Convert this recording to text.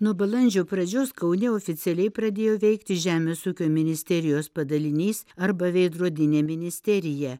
nuo balandžio pradžios kaune oficialiai pradėjo veikti žemės ūkio ministerijos padalinys arba veidrodinė ministerija